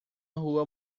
rua